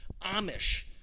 amish